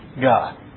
God